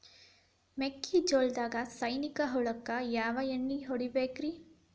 ಮೆಕ್ಕಿಜೋಳದಾಗ ಸೈನಿಕ ಹುಳಕ್ಕ ಯಾವ ಎಣ್ಣಿ ಹೊಡಿಬೇಕ್ರೇ?